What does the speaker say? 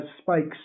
spikes